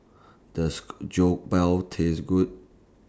Does Jokbal Taste Good